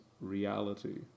reality